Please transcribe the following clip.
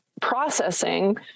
processing